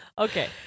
Okay